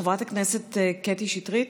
חברת הכנסת קטי שטרית.